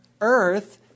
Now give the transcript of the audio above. earth